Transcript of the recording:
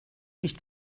nicht